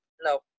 No